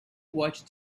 watched